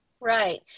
Right